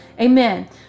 Amen